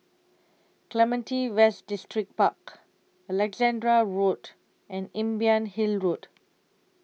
Clementi West Distripark Alexandra Road and Imbiah Hill Road